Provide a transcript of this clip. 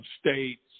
states